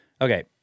Okay